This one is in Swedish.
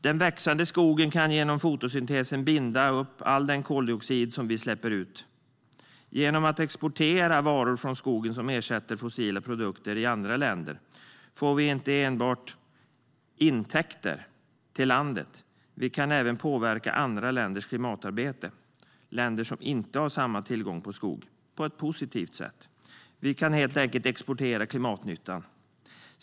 Den växande skogen kan genom fotosyntesen binda all den koldioxid vi släpper ut. Genom att exportera varor från skogen som ersätter fossila produkter i andra länder får vi inte enbart intäkter till landet. Vi kan även påverka andra länders klimatarbete - länder som inte har samma tillgång på skog - på ett positivt sätt. Vi kan helt enkelt exportera klimatnytta.